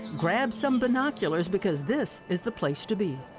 grab some binoculars, because this is the place to be!